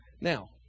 Now